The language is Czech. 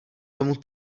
tomu